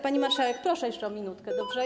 Pani marszałek, proszę jeszcze o minutkę, dobrze?